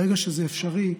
ברגע שזה אפשרי,